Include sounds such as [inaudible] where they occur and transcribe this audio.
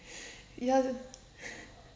ya [laughs]